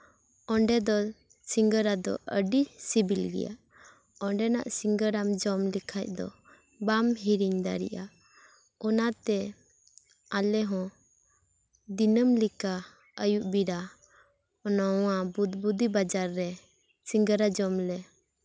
ᱚᱸᱰᱮ ᱫᱚ ᱥᱤᱸᱜᱟᱹᱲᱟ ᱫᱚ ᱟᱹᱰᱤ ᱥᱤᱵᱤᱞ ᱜᱮᱭᱟ ᱚᱸᱰᱮᱱᱟᱜ ᱥᱤᱸᱜᱟᱹᱲᱟᱢ ᱡᱚᱢ ᱞᱮᱠᱷᱟᱡ ᱫᱚ ᱵᱟᱢ ᱦᱤᱲᱤᱧ ᱫᱟᱲᱮᱭᱟᱜᱼᱟ ᱚᱱᱟᱛᱮ ᱟᱞᱮᱦᱚᱸ ᱫᱤᱱᱟᱹᱢ ᱞᱮᱠᱟ ᱟᱹᱭᱩᱵ ᱵᱮᱲᱟ ᱱᱚᱣᱟ ᱵᱩᱫᱵᱩᱫ ᱵᱟᱡᱟᱨ ᱨᱮ ᱥᱤᱸᱜᱟᱹᱲᱟ ᱡᱚᱢ ᱞᱮ